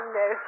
no